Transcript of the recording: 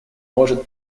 может